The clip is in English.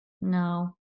No